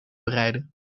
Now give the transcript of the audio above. bereiden